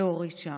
להוריד שם,